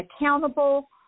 accountable